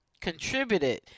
contributed